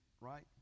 right